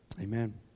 Amen